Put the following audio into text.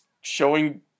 Showing